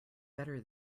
better